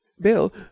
Bill